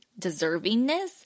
deservingness